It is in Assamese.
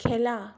খেলা